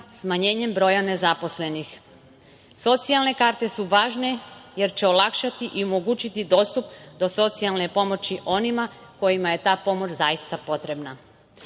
smanjenjem broja nezaposlenih. Socijalne karte su važne jer će olakšati i omogućiti pristup do socijalne pomoći onima kojima je ta pomoć zaista potrebna. Oni